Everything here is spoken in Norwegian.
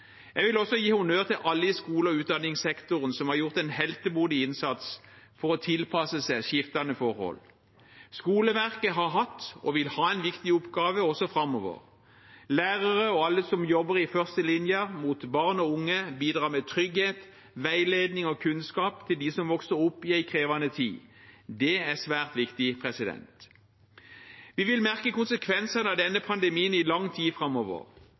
Jeg vil også gi honnør til alle i skole- og utdanningssektoren, som har gjort en heltemodig innsats for å tilpasse seg skiftende forhold. Skoleverket har hatt og vil ha en viktig oppgave også framover. Lærere og alle som jobber i førstelinjen med barn og unge, bidrar med trygghet, veiledning og kunnskap til dem som vokser opp i en krevende tid. Det er svært viktig. Vi vil merke konsekvensene av denne pandemien i lang tid framover.